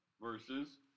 Versus